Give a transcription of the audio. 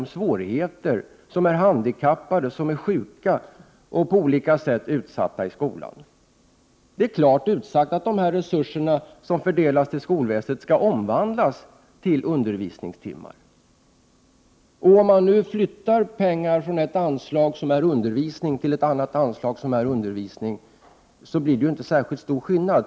Det är elever som är handikappade, sjuka eller på olika sätt är utsatta i skolan. Det är klart utsagt att dessa resurser som fördelas inom skolväsendet skall omvandlas till undervisningstimmar. Om man nu flyttar pengar från ett anslag som berör undervisning till ett annat anslag som också berör undervisning, blir det ju inte särskilt stor skillnad.